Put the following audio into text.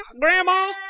Grandma